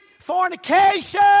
fornication